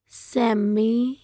semi